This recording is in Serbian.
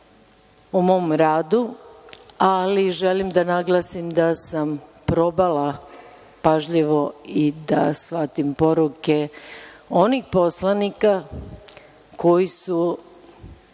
o mom radu, ali želim da naglasim da sam probala pažljivo i da shvatim poruke onih poslanika koji su